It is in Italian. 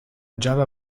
java